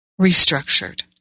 restructured